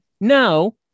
No